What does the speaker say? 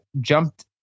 jumped